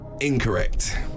Incorrect